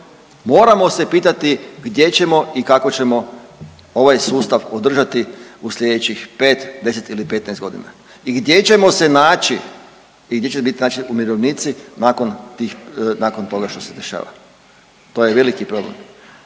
moramo se pitati gdje ćemo i kako ćemo ovaj sustav održati u slijedećih 5, 10 ili 15 godina. I gdje ćemo se naći o gdje će biti naši umirovljenici nakon tih, nakon toga što se dešava. To je veliki problem